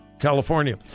California